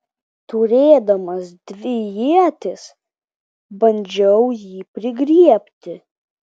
turėdamas dvi ietis bandžiau jį prigriebti